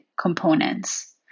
components